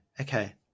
Okay